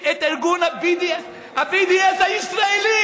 על רג'א זעאתרה,